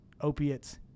opiates